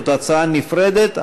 זאת הצעה נפרדת,